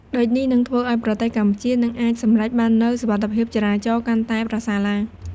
ដូចនេះ នឹងធ្វើឪ្យប្រទេសកម្ពុជានឹងអាចសម្រេចបាននូវសុវត្ថិភាពចរាចរណ៍កាន់តែប្រសើរឡើង។